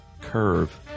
curve